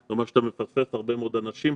וזה אומר שאתה מפספס הרבה מאוד אנשים.